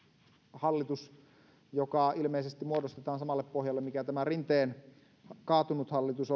hallitus joka ilmeisesti muodostetaan samalle pohjalle kuin tämä rinteen kaatunut hallitus